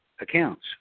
accounts